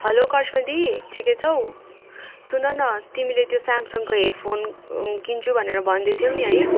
hello Karishma दिदी ठिकै छौ सुन न तिमीले त्यो सेमसङको हेड फोन किन्छु भनेर भन्दै थियौ नि है